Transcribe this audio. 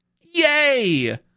Yay